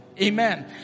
Amen